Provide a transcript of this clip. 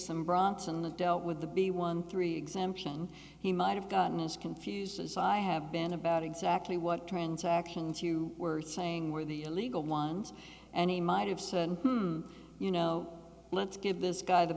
some bronson have dealt with the b one three exemption he might have gotten as confused as i have been about exactly what transactions you were saying were the illegal ones and he might have said you know let's give this guy the